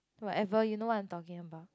whatever you know what I'm talking about